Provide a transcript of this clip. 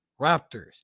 Raptors